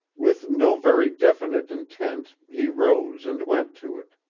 with no very definite intent he rose and went to it.